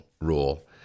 rule